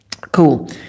Cool